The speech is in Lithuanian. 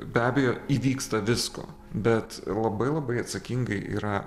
be abejo įvyksta visko bet labai labai atsakingai yra